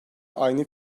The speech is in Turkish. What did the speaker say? aynı